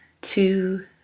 two